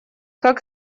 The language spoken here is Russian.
как